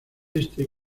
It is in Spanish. éste